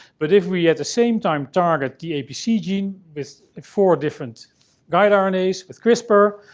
but if we at the same time target the apc gene with four different guide ah rnas with crispr.